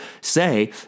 say